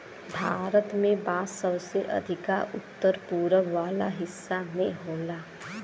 भारत में बांस सबसे अधिका उत्तर पूरब वाला हिस्सा में होला